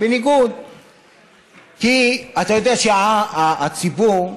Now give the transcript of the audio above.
אתה יודע שהציבור,